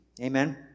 Amen